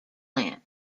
plant